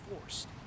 forced